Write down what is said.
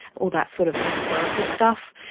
all that sort of metaphorical stuff.